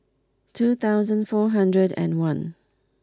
two thousand four hundred and one